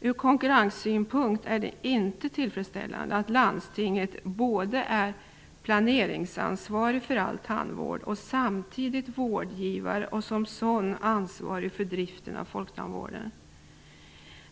Ur konkurrenssynpunkt är det inte tillfredsställande att landstinget både är planeringsansvarigt för all tandvård och vårdgivare och som sådan ansvarigt för driften av folktandvården.